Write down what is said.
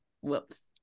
whoops